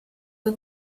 che